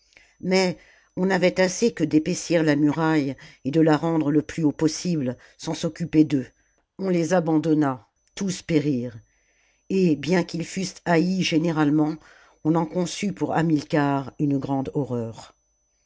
mais on avait assez que d'épaissir la muraille et de la rendre le plus haut possible sans s'occuper d'eux on les abandonna tous périrent et bien qu ils fussent haïs généralement on en conçut pour hamilcar une grande horreur